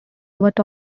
what